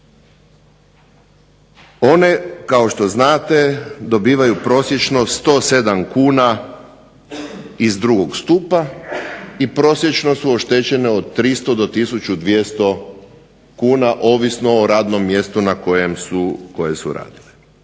One kao što znate dobivaju prosječno 107 kuna iz 2. stupa, i prosječno su oštećene od 300 do tisuću 200 kuna ovisno o radnom mjestu na kojem su, koje